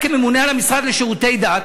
כממונה על המשרד לשירותי דת,